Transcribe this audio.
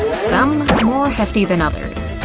some more hefty than others.